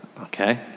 Okay